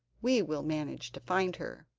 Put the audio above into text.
we will manage to find her.